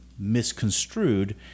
misconstrued